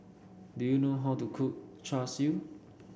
do you know how to cook Char Siu